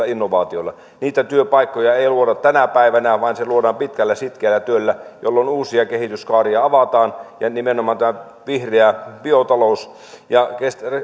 innovaatioilla niitä työpaikkoja ei luoda tänä päivänä vaan ne luodaan pitkällä sitkeällä työllä jolloin uusia kehityskaaria avataan ja nimenomaan tällä vihreän biotalouden ja